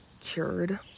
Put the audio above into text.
cured